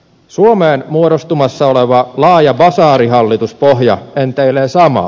suomeen muodostumassa oleva laaja basaarihallituspohja enteilee samaa